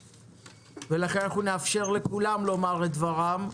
ולכן אנחנו נאפשר לכולם לומר את דבריהם,